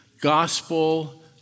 gospel